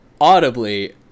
audibly